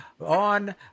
on